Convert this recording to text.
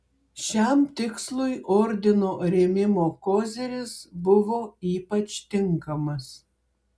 šiam tikslui ordino rėmimo koziris buvo ypač tinkamas